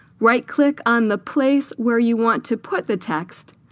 right-click on the place where you want to put the text.